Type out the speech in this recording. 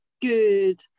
good